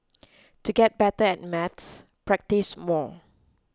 to get better at maths practise more